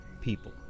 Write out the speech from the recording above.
people